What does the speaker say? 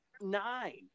nine